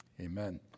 Amen